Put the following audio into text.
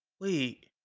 wait